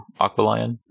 Aqualion